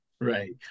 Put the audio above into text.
right